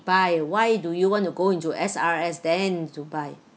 buy why do you want to go into S_R_S then to buy